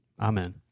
Amen